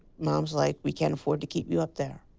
mom was like, we can't afford to keep you up there.